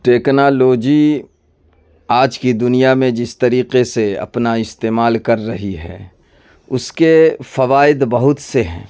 technology آج کی دنیا میں جس طریقے سے اپنا استعمال کر رہی ہے اس کے فوائد بہت سے ہیں